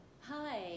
Hi